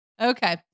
Okay